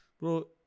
Bro